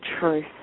truth